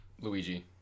Luigi